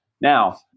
Now